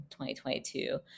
2022